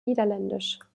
niederländisch